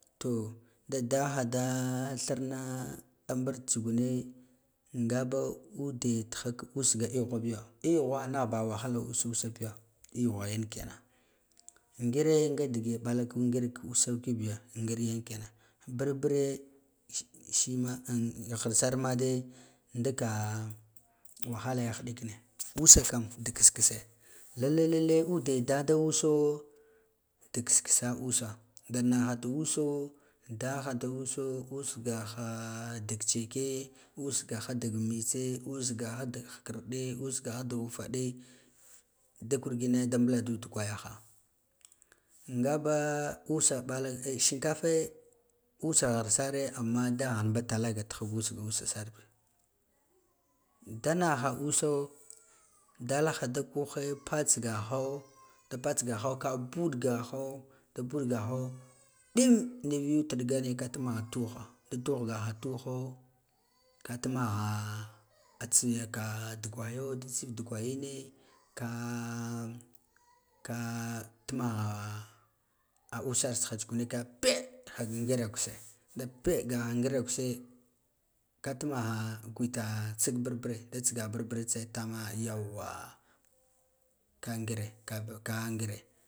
To da dahada thirna mburt tsugune nga ba ude jiha ka usga eghobiyo eghwa mahba ha wahala usa sa biyo e ghwa yan kena ngire ga dege ɓalaka ngir ka u sauki bi ya ngir yenkena burbure sh shima an ghir sarmade ndka wahala yan hiɗikina usa la em dik kiss kise lalle lalle ude da da uso dik kiss kise usa danaha da uso daha da uso usgaha dik tseke usgaha dik mitse usgaha dik khikirde usgaha dik ufaɗe da kurgine da mɓuladil dugwayaha ngaba usa bal shinkafe usa ghii sare amma dagahu bata laga diha ga usga sarbiya danaha uso dalha da gughe patsgaho da patsgaho ɓulgaha da ɓulgaho ɗim niv gu talgane ka tuna tugha da tuhgaha tuho ka tumagha tsiya ka duge aya da tsiif dugwayine ka ka tugha usar tsugune ka ɓee niha ngir da ɓeegaha ngir kuse ka tugnagha ngweda tsila barbure da tsigaha tse tama yawa ka ngire kab ka ngire